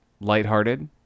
lighthearted